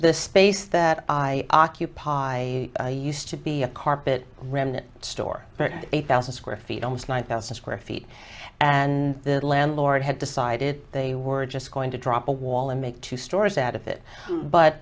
the space that i occupy used to be a carpet remnant store a thousand square feet almost one thousand square feet and the landlord had decided they were just going to drop a wall and make two stores out of it but